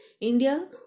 India